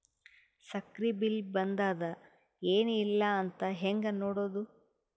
ಸಕ್ರಿ ಬಿಲ್ ಬಂದಾದ ಏನ್ ಇಲ್ಲ ಅಂತ ಹೆಂಗ್ ನೋಡುದು?